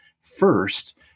first